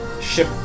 ship